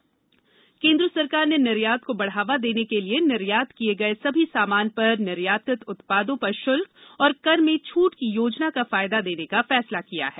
निर्यातित उत्पाद छूट केन्द्र सरकार ने निर्यात को बढावा देने के लिए निर्यात किए गए सभी सामान पर निर्यातित उत्पादों पर शुल्क और कर में छूट की योजना का फायदा देने का फैसला किया है